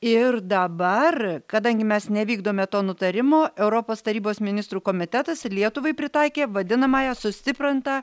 ir dabar kadangi mes nevykdome to nutarimo europos tarybos ministrų komitetas lietuvai pritaikė vadinamąją sustiprintą